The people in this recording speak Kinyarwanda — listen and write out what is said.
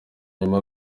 nyuma